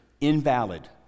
Invalid